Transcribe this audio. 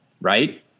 right